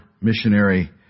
missionary